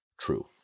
True